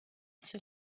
sous